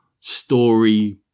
story